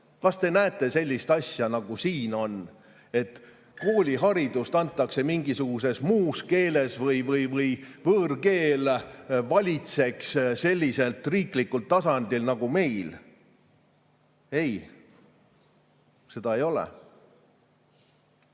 Kas te näete sellist asja, nagu siin on, et kooliharidust antakse mingisuguses muus keeles või võõrkeel valitseks selliselt riiklikul tasandil nagu meil? Ei, seda ei ole.